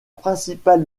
principale